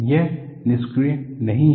यह निष्क्रिय नहीं है